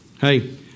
Hey